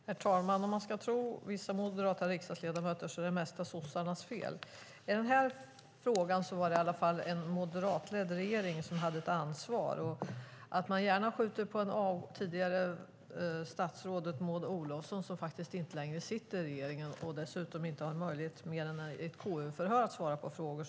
Herr talman! Om man ska tro vissa moderata riksdagsledamöter är det mesta sossarnas fel. I den här frågan var det i alla fall en moderatledd regering som hade ansvar. Man skyller gärna på det tidigare statsrådet Maud Olofsson som faktiskt inte längre sitter i regeringen och dessutom inte har möjlighet, mer än i KU-förhör, att svara på frågor.